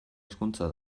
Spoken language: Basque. hizkuntza